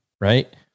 right